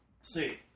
see